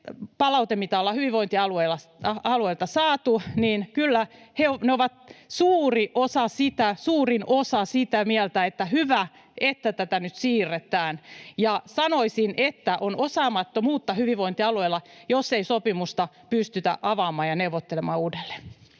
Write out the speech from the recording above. palautteesta, mitä ollaan hyvinvointialueilta saatu, on suurin osa sitä mieltä, että hyvä, että tätä nyt siirretään. Sanoisin, että on osaamattomuutta hyvinvointialueilla, jos ei sopimusta pystytä avaamaan ja neuvottelemaan uudelleen.